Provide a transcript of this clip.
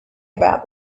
about